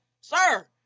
Sir